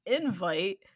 invite